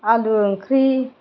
आलु ओंख्रि